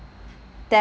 then